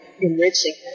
enriching